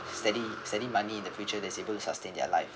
steady steady money in the future that's able to sustain their life